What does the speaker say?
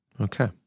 Okay